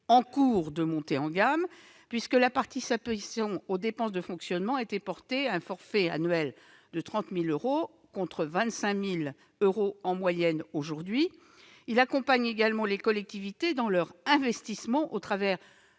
en cours de montée en gamme : sa participation aux dépenses de fonctionnement de la structure consiste en un forfait de 30 000 euros, contre 25 000 euros par an en moyenne aujourd'hui. L'État accompagne également les collectivités dans leur investissement au travers